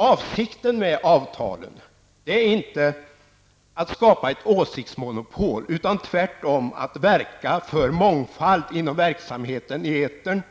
Avsikten med avtalen är inte att skapa ett åsiktsmonopol, utan tvärtom att verka för mångfald inom verksamheten i etern,